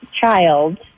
child